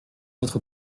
votre